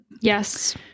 Yes